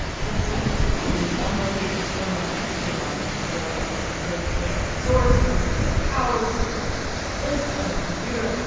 the stuff you're telling me sounds like it's from an espionage thriller the like source coming to your house with the list on their computer.